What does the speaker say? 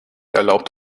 erlaubt